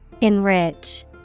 Enrich